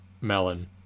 melon